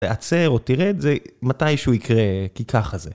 תעצר או תרד זה מתי שהוא יקרה, כי ככה זה.